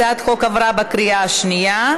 הצעת החוק עברה בקריאה שנייה.